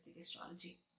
astrology